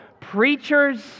preachers